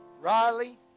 Riley